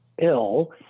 ill